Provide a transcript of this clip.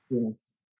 Yes